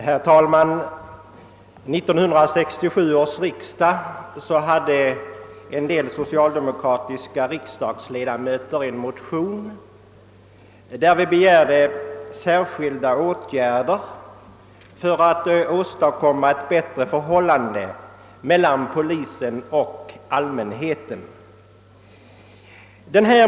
Herr talman! Vid 1967 års riksdag väckte en del socialdemokratiska ledamöter en motion, i vilken begärdes särskilda åtgärder för att åstadkomma ett bättre förhållande mellan polisen och allmänheten.